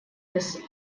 без